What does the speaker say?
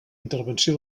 intervenció